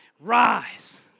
rise